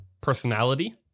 personality